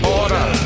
order